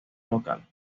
local